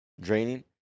draining